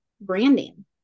branding